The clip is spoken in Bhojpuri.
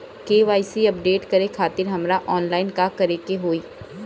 के.वाइ.सी अपडेट करे खातिर हमरा ऑनलाइन का करे के होई?